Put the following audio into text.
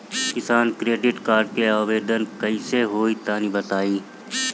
किसान credit card के आवेदन कईसे होई तनि बताई?